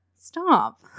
Stop